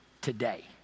today